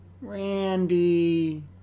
Randy